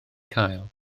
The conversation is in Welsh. cael